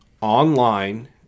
online